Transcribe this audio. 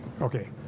Okay